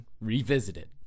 revisited